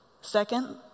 Second